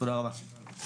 תודה רבה.